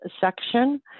section